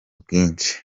bwinshi